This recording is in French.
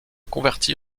convertit